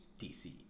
DC